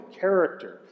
character